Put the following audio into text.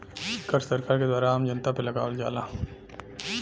कर सरकार के द्वारा आम जनता पे लगावल जाला